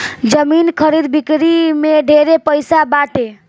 जमीन खरीद बिक्री में ढेरे पैसा बाटे